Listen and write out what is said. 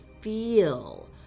feel